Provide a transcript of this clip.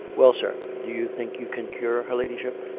well, sir do you think you can cure her ladyship?